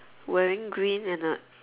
wearing green and a